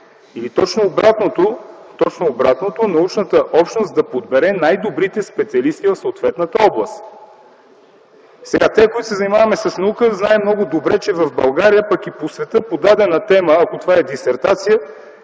точно обратното – научната общност да подбере най-добрите специалисти в съответната област. Тези, които се занимаваме с наука, знаем много добре, че в България, пък и по света по дадена тема, ако това е дисертация,